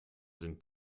sind